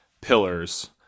pillars